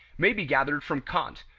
may be gathered from kant,